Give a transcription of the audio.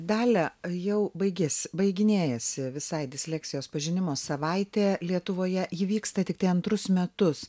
dalia jau baigėsi baiginėjasi visai disleksijos pažinimo savaitė lietuvoje ji vyksta tiktai antrus metus